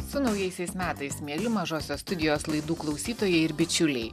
su naujaisiais metais mieli mažosios studijos laidų klausytojai ir bičiuliai